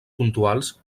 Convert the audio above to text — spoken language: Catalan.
puntuals